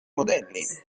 modelli